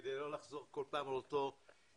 כדי לא לחזור כל פעם על אותו דבר,